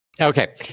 Okay